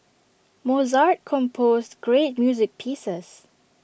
Mozart composed great music pieces